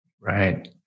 Right